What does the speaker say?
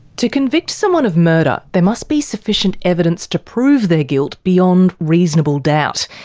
to convict someone of murder, there must be sufficient evidence to prove their guilt beyond reasonable doubt.